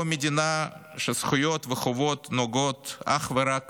או מדינה שבה זכויות וחובות נוגעות אך ורק